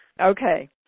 Okay